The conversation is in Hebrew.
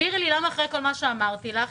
תסבירי לי למה אחרי כל שאמרתי לך,